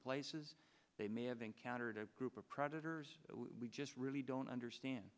places they may have encountered a group of protesters we just really don't understand